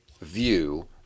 view